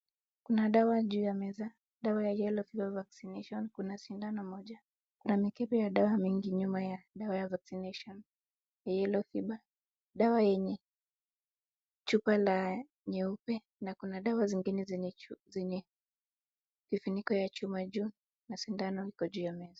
Kuna dawa juu ya meza, dawa ya yellow fever vaccination . Kuna sindano moja. Kuna mikebe ya dawa mingi nyuma ya dawa ya vaccination ya yellow fever . Dawa yenye chupa la nyeupe, na kuna dawa zingine zenye vifuniko ya chuma juu, na sindano iko juu ya meza.